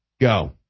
Go